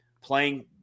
playing